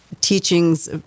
teachings